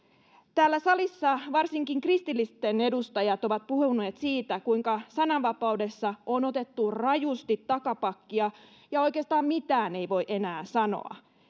täällä salissa varsinkin kristillisten edustajat ovat puhuneet siitä kuinka sananvapaudessa on otettu rajusti takapakkia ja oikeastaan mitään ei voi enää sanoa